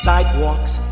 Sidewalks